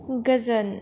गोजोन